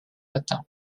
latin